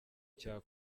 cya